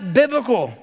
biblical